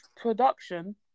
production